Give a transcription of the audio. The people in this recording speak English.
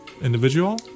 individual